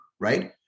right